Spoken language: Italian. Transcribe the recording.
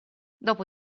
dopo